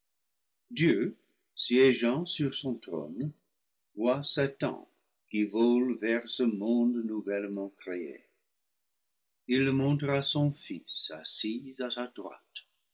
siégeant sur son trône voit satan qui vole vers ce monde nouvellement créé il le montre à son fils assis à sa droite